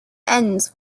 ends